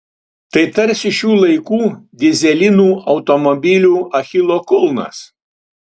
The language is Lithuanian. tai tarsi šių laikų dyzelinų automobilių achilo kulnas